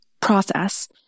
process